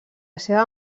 seva